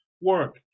work